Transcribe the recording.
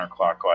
counterclockwise